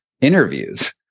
interviews